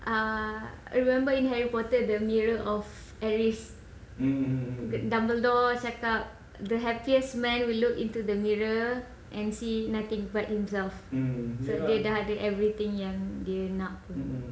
uh I remember in harry potter the mirror of alice dumbledore cakap the happiest man will look into the mirror and see nothing but himself dia dah ada everything yang dia nak